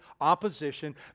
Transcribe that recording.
opposition